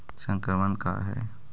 संक्रमण का है?